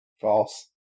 False